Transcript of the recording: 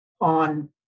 on